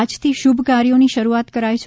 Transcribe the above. આથી શુભ કાર્યોની શરૂઆત કરાય છે